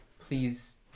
Please